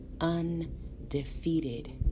Undefeated